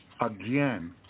again